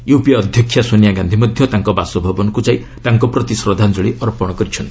UPA ଅଧ୍ୟକ୍ଷା ସୋନିଆ ଗାନ୍ଧି ମଧ୍ୟ ତାଙ୍କ ବାସଭବନକୁ ଯାଇ ତାଙ୍କ ପ୍ରତି ଶ୍ରଦ୍ଧାଞ୍ଚଳି ଅର୍ପଣ କରିଛନ୍ତି